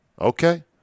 Okay